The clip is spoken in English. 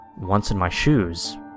once-in-my-shoes